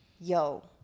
yo